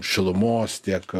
šilumos tiek